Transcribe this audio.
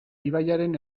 ibaiaren